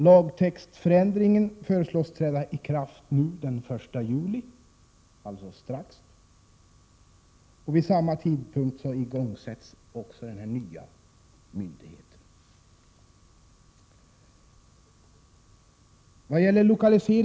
Lagtextförändringen föreslås snart träda i kraft, den 1 juli i år, och vid samma tidpunkt påbörjar den nya myndigheten sin verksamhet.